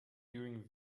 during